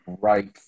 right